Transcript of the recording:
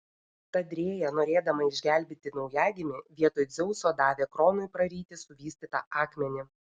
tad rėja norėdama išgelbėti naujagimį vietoj dzeuso davė kronui praryti suvystytą akmenį